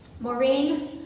Maureen